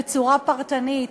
בצורה פרטנית,